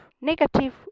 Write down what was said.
Negative